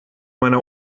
meiner